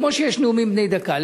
כמו שיש נאומים בני דקה,